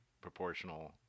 proportional